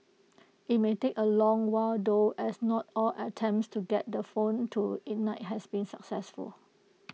IT may take A long while though as not all attempts to get the phone to ignite has been successful